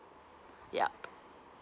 yup